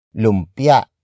lumpia